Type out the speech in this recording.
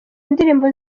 indirimbo